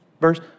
verse